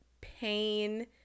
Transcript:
pain